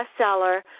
bestseller